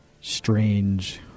strange